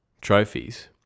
trophies